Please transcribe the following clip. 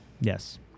Yes